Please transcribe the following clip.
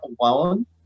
alone